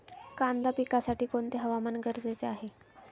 कांदा पिकासाठी कोणते हवामान गरजेचे आहे?